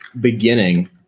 beginning